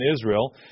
Israel